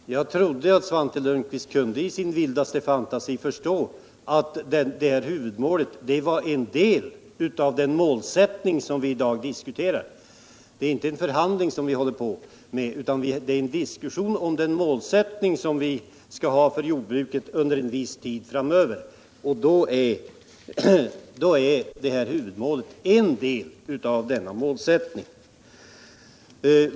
Herr talman! Jag trodde att Svante Lundkvist kunde förstå med hjälp av sin vildaste fantasi att det nämnda huvudmålet är en del av den totala målsättning som vi i dag diskuterar. Vi för inte en förhandling utan vi har en diskussion om den målsättning vi skall ha för jordbruket under en viss tid framöver. Och det här huvudmålet är en del av denna målsättning.